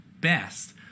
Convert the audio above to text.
best